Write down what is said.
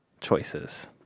choices